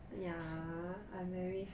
ya I very